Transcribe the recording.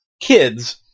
kids